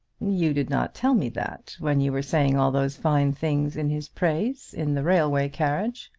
you did not tell me that when you were saying all those fine things in his praise in the railway carriage.